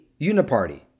Uniparty